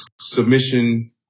submission